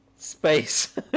space